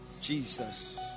Jesus